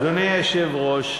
אדוני היושב-ראש,